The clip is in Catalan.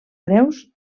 greus